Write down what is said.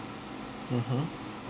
mmhmm